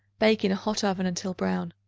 bake in a hot oven until brown.